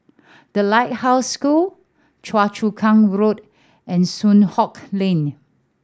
The Lighthouse School Choa Chu Kang Road and Soon Hock Lane